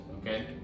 okay